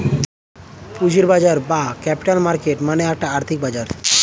পুঁজির বাজার বা ক্যাপিটাল মার্কেট মানে একটি আর্থিক বাজার